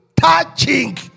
touching